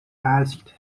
asked